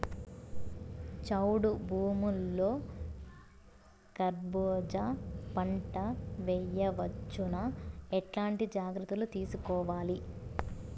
చౌడు భూముల్లో కర్బూజ పంట వేయవచ్చు నా? ఎట్లాంటి జాగ్రత్తలు తీసుకోవాలి?